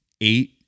eight